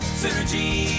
synergy